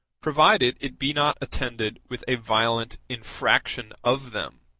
provided it be not attended with a violent infraction of them.